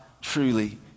truly